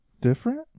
different